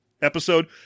episode